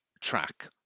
track